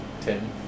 Ten